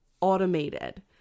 automated